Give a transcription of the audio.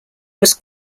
was